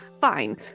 fine